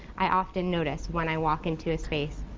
i often notice when i walk into a space,